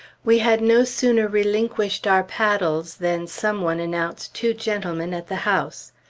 we had no sooner relinquished our paddles than some one announced two gentlemen at the house.